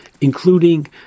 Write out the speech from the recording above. including